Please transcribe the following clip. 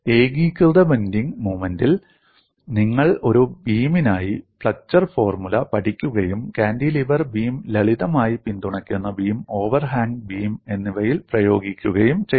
ഏകീകൃത ബെൻഡിങ് മോമെന്റിൽ നിങ്ങൾ ഒരു ബീമിനായി ഫ്ലെക്ചർ ഫോർമുല പഠിക്കുകയും കാന്റിലിവർ ബീം ലളിതമായി പിന്തുണയ്ക്കുന്ന ബീം ഓവർ ഹാംഗ് ബീം എന്നിവയിൽ പ്രയോഗിക്കുകയും ചെയ്തു